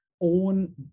own